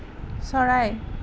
চৰাই